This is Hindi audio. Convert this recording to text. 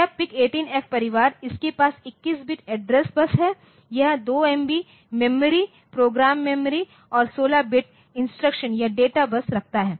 यह PIC18F परिवार इसके पास 21 बिट एड्रेस बस है यह 2MB मेमोरी प्रोग्राम मेमोरी और 16 बिट इंस्ट्रक्शन या डेटा बस रखता है